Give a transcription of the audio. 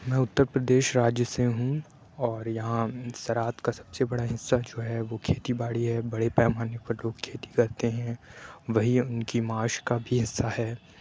میں اُتر پردیش راجیہ سے ہوں اور یہاں زراعت کا سب سے بڑا حصّہ جو ہے وہ کھیتی باڑی ہے بڑے پیمانے پر لوگ کھیتی کرتے ہیں وہی اُن کی معاش کا بھی حصّہ ہے